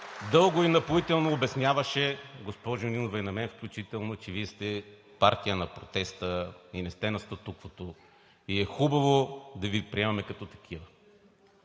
дълго и напоително обясняваше, госпожо Нинова, и на мен включително, че Вие сте партия на протеста и не сте на статуквото, и е хубаво да Ви приемаме като такива.